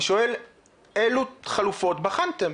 אני שואל אילו חלופות בחנתם.